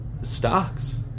stocks